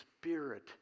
spirit